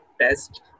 test